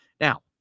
now